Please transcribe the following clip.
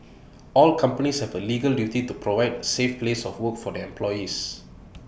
all companies have A legal duty to provide A safe place of work for their employees